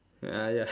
ya ya